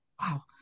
Wow